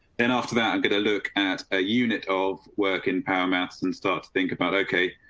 then after that i'm going to look at a unit of work in power mouse and start to think about, ok.